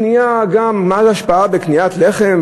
מה ההשפעה בקניית לחם,